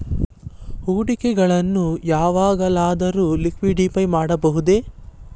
ಹೂಡಿಕೆಗಳನ್ನು ಯಾವಾಗಲಾದರೂ ಲಿಕ್ವಿಡಿಫೈ ಮಾಡಬಹುದೇ?